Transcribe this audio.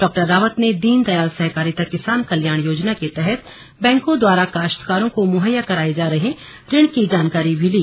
डॉ रावत ने दीनदयाल सहकारिता किसान कल्याण योजना के तहत बैंकों द्वारा काश्तकारों को मुहैया कराये जा रहे ऋण की जानकारी भी ली